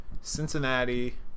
cincinnati